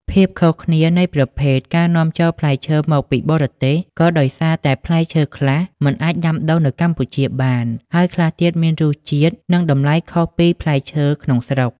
ភាពខុសគ្នានៃប្រភេទ ការនាំចូលផ្លែឈើមកពីបរទេសក៏ដោយសារតែផ្លែឈើខ្លះមិនអាចដាំដុះនៅកម្ពុជាបាន ហើយខ្លះទៀតមានរស់ជាតិ និងតម្លៃខុសពីផ្លែឈើក្នុងស្រុក។